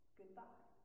goodbye